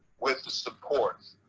with the support.